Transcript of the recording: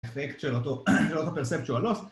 אקט של אותו, של אותו local perceptual loss